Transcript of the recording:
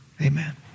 Amen